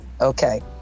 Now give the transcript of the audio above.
okay